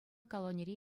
колонире